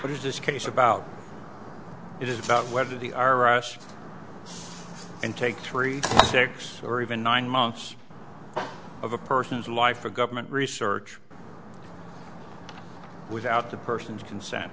what is this case about it is about whether the i r s and take three six or even nine months of a person's life or government research without the person's consent